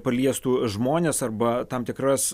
paliestų žmones arba tam tikras